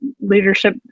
leadership